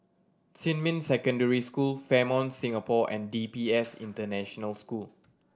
Xinmin Secondary School Fairmont Singapore and D P S International School